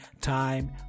time